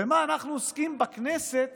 במה אנחנו עוסקים בכנסת